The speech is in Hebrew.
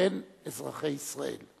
בין אזרחי ישראל.